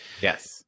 Yes